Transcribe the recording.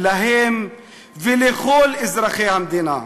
להם ולכל אזרחי המדינה.